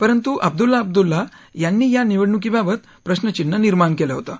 परंतु अब्दुल्ला अब्दुल्ला यांनी या निवडणूकीबाबत प्रश्रचिन्ह निर्माण कलि होतं